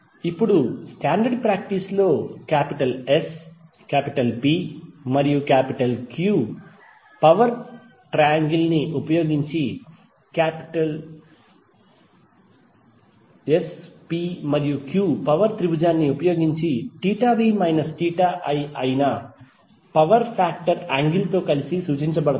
ఇప్పుడు standard practice లో S P మరియు Q పవర్ త్రిభుజాన్ని ఉపయోగించి v i అయిన పవర్ ఫాక్టర్ యాంగిల్ తో కలిసి సూచించబడతాయి